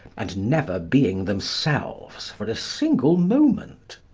and never being themselves for a single moment.